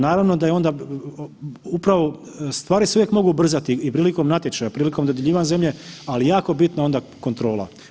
Naravno da je onda upravo, stvari se uvijek mogu ubrzati i prilikom natječaja i prilikom dodjeljivanja zemlje, ali je jako bitna onda kontrola.